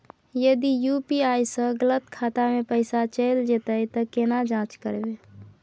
यदि यु.पी.आई स गलत खाता मे पैसा चैल जेतै त केना जाँच करबे?